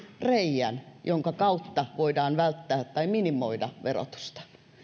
reiän jonka kautta voidaan välttää tai minimoida verotusta